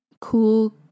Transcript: cool